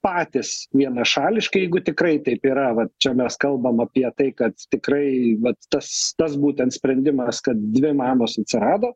patys vienašališkai jeigu tikrai taip yra vat čia mes kalbam apie tai kad tikrai vat tas tas būtent sprendimas kad dvi mamos atsirado